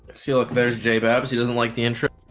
see looking better zj babs. he doesn't like the intro